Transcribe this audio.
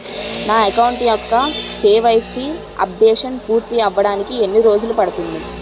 నా అకౌంట్ యెక్క KYC updation పూర్తి అవ్వడానికి ఎన్ని రోజులు పడుతుంది?